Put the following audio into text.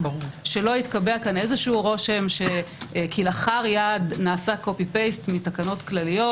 שלא יתקבע כאן איזשהו רושם שכלאחר יד נעשה copy paste מתקנות כלליות,